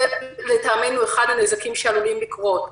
לדעתנו זה אחד הנזקים שעלולים לקרות.